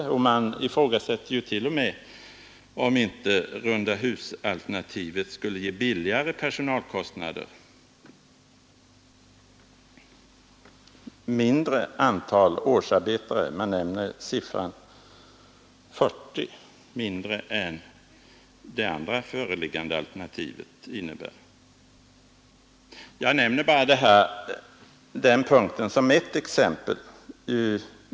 Man ifrågasätter ju t.o.m. om inte rundahusalternativet skulle ge billigare personalkostnader, mindre antal årsarbetare — man nämner siffran 40 mindre än för det andra föreliggande alternativet. Jag nämner bara den punkten som ett exempel.